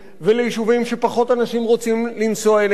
וליישובים שפחות אנשים רוצים לנסוע אליהם,